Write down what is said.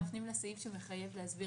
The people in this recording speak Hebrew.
--- מפנים לסעיף שמחייב להסביר